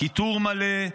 כיתור מלא,